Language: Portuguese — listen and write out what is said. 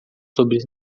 sob